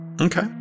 Okay